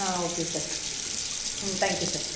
ah okay sir hmm thank you sir